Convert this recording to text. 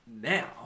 now